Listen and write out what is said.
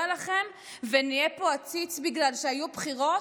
לכם ונהיה פה עציץ בגלל שהיו בחירות?